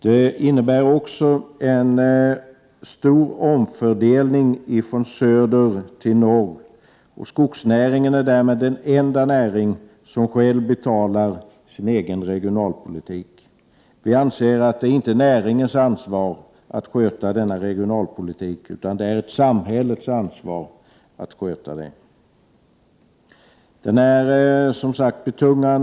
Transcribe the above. Det innebär också en stor 30 maj 1989 omfördelning från söder till norr. Skogsnäringen är därmed den enda näring som själv betalar sin regionalpolitik. Vi anser att det inte är näringens ansvar att sköta denna regionalpolitik, utan att det är samhällets ansvar. Skogsvårdsavgiften är som sagt betungande.